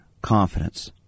Confidence